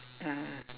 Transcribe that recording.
ah